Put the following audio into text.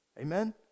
amen